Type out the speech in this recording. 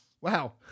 Wow